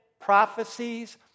prophecies